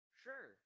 sure